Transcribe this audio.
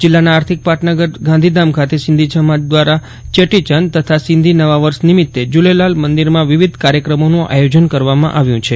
જીલ્લાના આર્થિક પાટનગર ગાંધીધામ ખાતે સિંધી સમાજ દ્વારા ચેટીચાંદ તથા સિંધી નવા વર્ષ નિમિતે નિમિતે ઝૂલેલાલ મંદિરમાં વિવિધ કાર્યક્રમોનું આયોજન કરવામાં આવ્યું છે